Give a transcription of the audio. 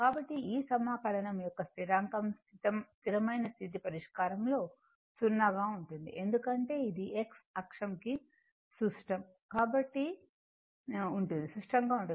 కాబట్టి ఈ సమాకలనం యొక్క స్థిరాంకం స్థిరమైన స్థితి పరిష్కారంలో 0 గా ఉంటుంది ఎందుకంటే ఇది X అక్షం కి సుష్టంగా ఉంటుంది